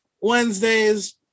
Wednesdays